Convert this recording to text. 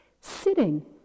Sitting